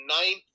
ninth